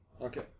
Okay